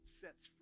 sets